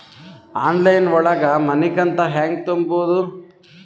Online ಒಳಗ ಮನಿಕಂತ ಹ್ಯಾಂಗ ತುಂಬುದು?